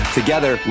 together